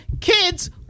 kids